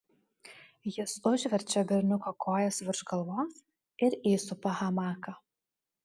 jis užverčia berniuko kojas virš galvos ir įsupa hamaką